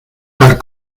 tal